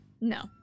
No